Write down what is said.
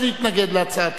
אולי, אצביע.